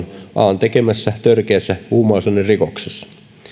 an tekemässä törkeässä huumausainerikoksessa tällöin